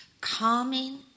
calming